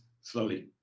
slowly